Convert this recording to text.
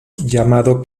llamado